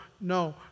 no